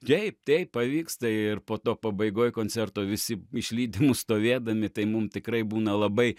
taip taip pavyksta ir po to pabaigoj koncerto visi išlydi mus stovėdami tai mum tikrai būna labai